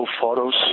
photos